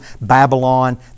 Babylon